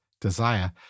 desire